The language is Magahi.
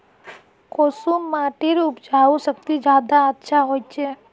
कुंसम माटिर उपजाऊ शक्ति ज्यादा अच्छा होचए?